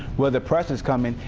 where the press is coming.